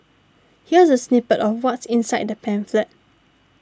here's a snippet of what's inside the pamphlet